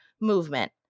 movement